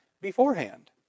beforehand